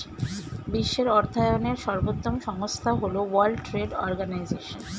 বিশ্বের অর্থায়নের সর্বোত্তম সংস্থা হল ওয়ার্ল্ড ট্রেড অর্গানাইজশন